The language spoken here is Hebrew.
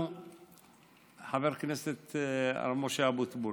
חבר הכנסת הרב משה אבוטבול,